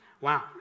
Wow